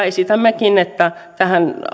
esitämmekin että tähän